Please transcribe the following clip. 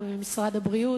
ובמשרד הבריאות,